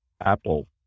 Apple